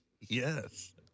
Yes